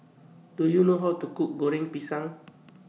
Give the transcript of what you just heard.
Do YOU know How to Cook Goreng Pisang